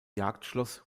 jagdschloss